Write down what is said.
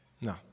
No